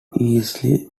easily